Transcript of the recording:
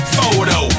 photo